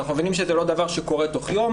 אנחנו מבינים שזה לא דבר שקורה תוך יום,